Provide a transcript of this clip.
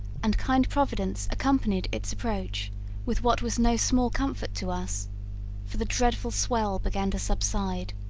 and kind providence accompanied its approach with what was no small comfort to us for the dreadful swell began to subside